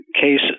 cases